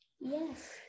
Yes